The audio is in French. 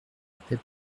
épais